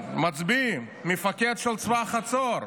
מצביא, מפקד של צבא חצור.